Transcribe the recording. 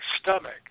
stomach